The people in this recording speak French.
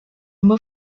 mot